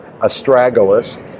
astragalus